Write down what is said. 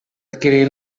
adquirir